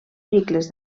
cicles